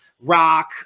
rock